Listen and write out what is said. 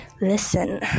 listen